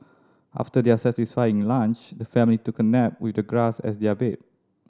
after their satisfying lunch the family took a nap with the grass as their bed